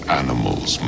animals